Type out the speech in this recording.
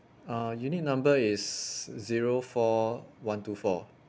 uh unit number is zero four one two four